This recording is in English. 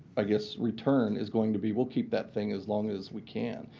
i guess return is going to be, we'll keep that thing as long as we can.